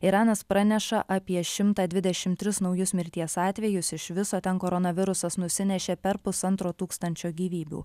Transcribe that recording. iranas praneša apie šimtą dvidešimt tris naujus mirties atvejus iš viso ten koronavirusas nusinešė per pusantro tūkstančio gyvybių